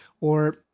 or